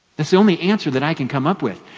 the so only answer that i can come up with.